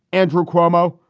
andrew cuomo.